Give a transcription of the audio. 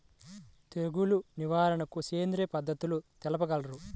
తెగులు నివారణకు సేంద్రియ పద్ధతులు తెలుపగలరు?